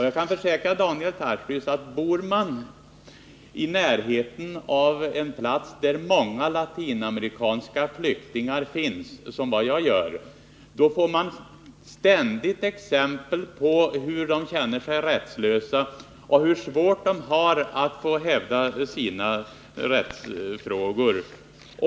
Jag kan försäkra Daniel Tarschys att bor man, som jag gör, i närheten av en plats där många latinamerikanska flyktingar finns får man ständigt exempel på hur rättslösa de känner sig och hur svårt de har att hävda sina rättsfrågor.